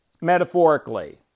metaphorically